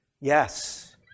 Yes